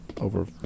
over